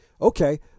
okay